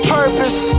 purpose